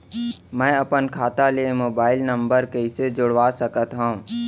मैं अपन खाता ले मोबाइल नम्बर कइसे जोड़वा सकत हव?